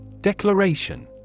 Declaration